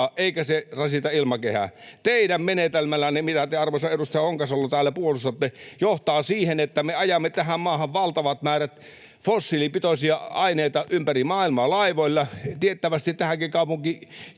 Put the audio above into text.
eikä se rasita ilmakehää. Teidän menetelmänne, se, mitä te, arvoisa edustaja Honkasalo, täällä puolustatte, johtaa siihen, että me ajamme tähän maahan valtavat määrät fossiilipitoisia aineita ympäri maailmaa laivoilla. Tiettävästi tähänkin kaupunkiin